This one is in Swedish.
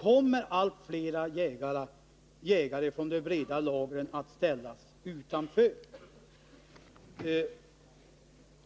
kommer allt fler jägare från de breda lagren att ställas utanför.